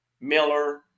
Miller